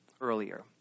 earlier